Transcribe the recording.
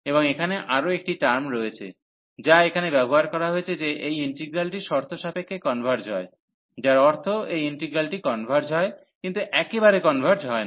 এবং এখানে আরও একটি টার্ম রয়েছে যা এখানে ব্যবহার করা হয়েছে যে এই ইন্টিগ্রালটি শর্ত সাপেক্ষে কনভার্জ হয় যার অর্থ এই ইন্টিগ্রালটি কনভার্জ হয় কিন্তু একেবারে কনভার্জ হয় না